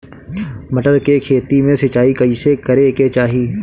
मटर के खेती मे सिचाई कइसे करे के चाही?